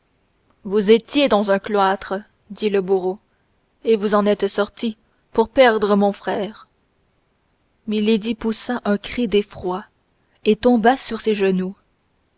vous étiez dans un cloître dit le bourreau et vous en êtes sortie pour perdre mon frère milady poussa un cri d'effroi et tomba sur ses genoux